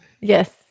Yes